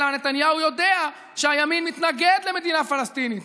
אלא נתניהו יודע שהימין מתנגד למדינה פלסטינית,